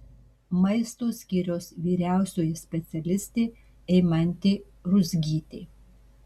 maisto skyriaus vyriausioji specialistė eimantė ruzgytė